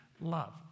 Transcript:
love